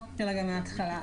נתחיל רגע מההתחלה.